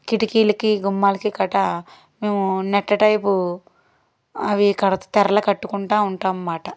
కిటికీలకీ గుమ్మాలకీ గట్ర మేము నెట్ టైపు అవి కడుతూ తెరలు కట్టుకుంటూ ఉంటామన్నమాట